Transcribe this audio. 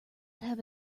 have